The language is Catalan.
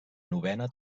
novena